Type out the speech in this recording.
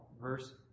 verse